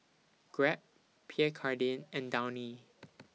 Grab Pierre Cardin and Downy